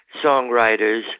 songwriters